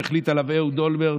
שהחליט עליה אהוד אולמרט